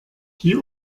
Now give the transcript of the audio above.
die